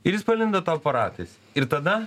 ir jis palindo tau po ratais ir tada